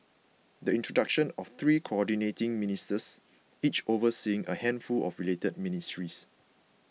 the introduction of three Coordinating Ministers each overseeing a handful of related ministries